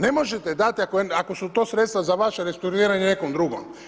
Ne možete dati ako su to sredstva za vaše restrukturiranje nekom drugom.